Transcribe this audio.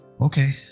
Okay